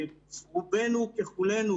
רובנו ככולנו,